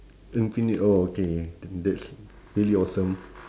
infinite oh K then that's really awesome